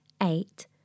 eight